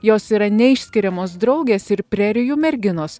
jos yra neišskiriamos draugės ir prerijų merginos